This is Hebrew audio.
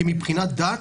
כי מבחינת דת,